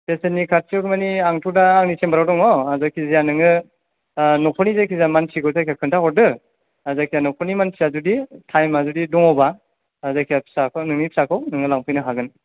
सोर सोरनि खाथियाव माने आंथ' दा आंनि सेमबाराव दङ जायखि जाया नोङो नखरनि जायखि जाया मानसिखौ जायखिया खिन्था हरदो जायखिजाया नखरनि मानसिया जुदि टाइमा जुदि दङबा जायखिजाया फिसाखौ नोंनि फिसाखौ नोङो लांफैनो हागोन